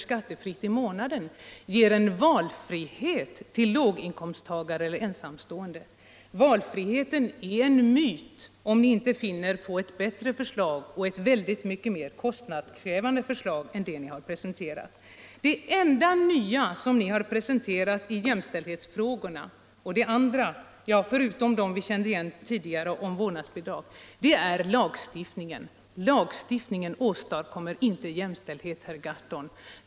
skattefritt i månaden ger valfrihet åt låginkomsttagaren eller åt ensamstående. Valfriheten är en myt om ni inte finner på ett bättre förslag och ett mycket mer kostnadskrävande förstag än det ni har presenterat. Det enda nya ni har presenterat i jämställdhetsfrågorna förutom detta om vårdnadsbidrag är lagstiftning. Men lagstiftning åstadkommer inte jämställdhet, herr Gahrton.